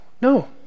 no